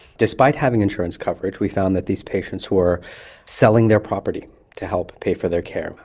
despite having insurance coverage we found that these patients were selling their property to help pay for their care.